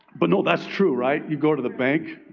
but no, that's true, right? you go to the bank,